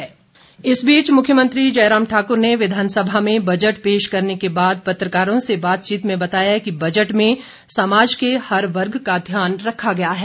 मुख्यमंत्री प्रतिक्रिया इस बीच मुख्यमंत्री जयराम ठाकर ने विधानसभा में बजट पेश करने के बाद पत्रकारों से बताचीत में बताया कि बजट में समाज के हर वर्ग का ध्यान रखा गया है